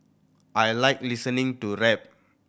I like listening to rap